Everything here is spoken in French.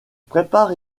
prépare